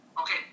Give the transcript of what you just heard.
Okay